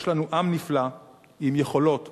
יש לנו עם נפלא עם יכולות מוסריות,